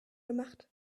gemacht